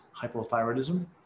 hypothyroidism